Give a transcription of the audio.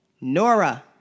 Nora